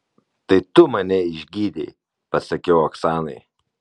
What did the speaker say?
tai tu mane išgydei pasakiau oksanai